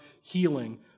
healing